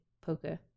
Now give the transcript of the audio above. poker